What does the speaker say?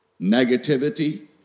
Negativity